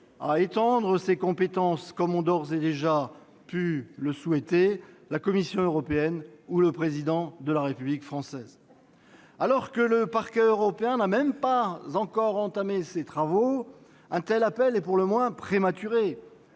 à étendre ses compétences, comme ont d'ores et déjà pu en émettre le souhait la Commission européenne ou le Président de la République française. Alors que le Parquet européen n'a même pas encore commencé ses travaux, un tel appel est pour le moins prématuré.